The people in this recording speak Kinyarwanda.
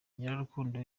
nyirarukundo